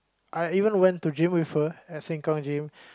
I even went to gym with her at Sengkang gym